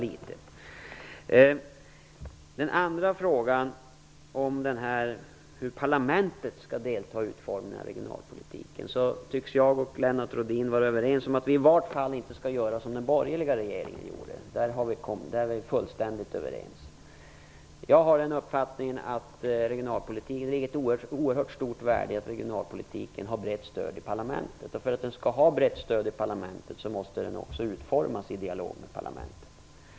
I den andra frågan, om hur parlamentet skall delta i utformningen av regionalpolitiken, tycks Lennart Rohdin och jag vara överens om att vi i varje fall inte skall göra som den borgerliga regeringen gjorde. Där är vi fullständigt överens. Jag har uppfattningen att det ligger ett oerhört stort värde i att regionalpolitiken har brett stöd i parlamentet. För att den skall ha brett stöd i parlamentet måste den utformas i dialog med parlamentet.